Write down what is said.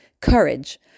Courage